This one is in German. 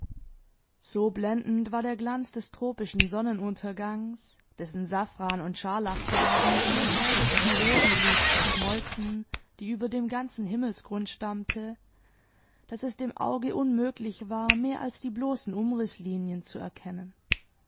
so blendend war der glanz des tropischen sonnenuntergangs dessen safran und scharlachfarben in der feurigsten rosenglut zerschmolzen die über dem ganzen himmelsgrund stammte daß es dem auge unmöglich war mehr als die bloßen umrißlinien zu erkennen